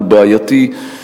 הוא בעייתי,